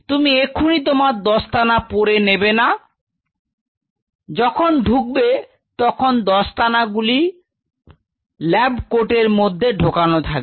তুমি এক্ষুনি তোমার দস্তানা পরে নেবে না যখন ঢুকবে তখন দস্তানা গুলি ল্যাব কোট এর মধ্যে ঢোকানো থাকবে